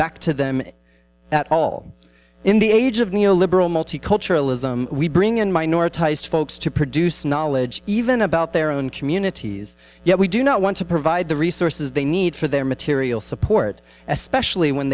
back to them at all in the age of neoliberal multiculturalism we bring in minorities folks to produce knowledge even about their own communities yet we do not want to provide the resources they need for their material support especially when